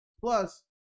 Plus